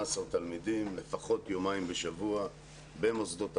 תלמידים לפחות יומיים בשבוע במוסדות החינוך,